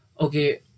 Okay